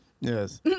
Yes